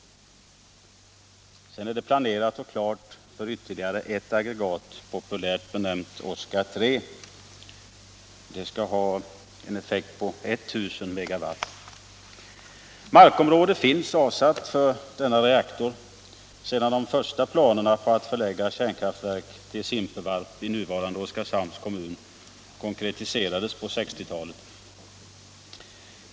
Vidare är det planerat och klart för ytterligare ett aggregat, populärt benämnt Oskar 3. Det skall ha en effekt på 1000 megawatt. Markområdet finns avsatt för denna reaktor sedan de första planerna på att förlägga kärnkraftverk till Simpevarp i nuvarande Oskarshamns kommun konkretiserades på 1960-talet.